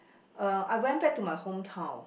uh I went back to my hometown